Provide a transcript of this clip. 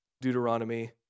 Deuteronomy